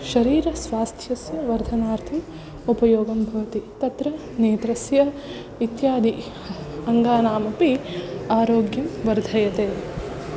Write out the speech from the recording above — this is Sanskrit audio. शरीरस्वास्थ्यस्य वर्धनार्थम् उपयोगं भवति तत्र नेत्रस्य इत्यादि अङ्गानामपि आरोग्यं वर्धयति